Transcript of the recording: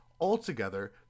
altogether